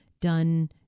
done